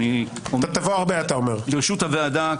אני לרשות הוועדה.